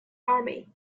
army